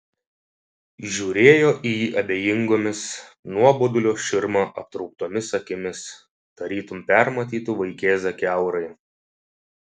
žiūrėjo į jį abejingomis nuobodulio širma aptrauktomis akimis tarytum permatytų vaikėzą kiaurai